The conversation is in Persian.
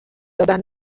دادن